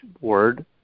word